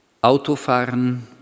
Autofahren